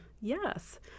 yes